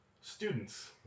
students